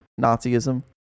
Nazism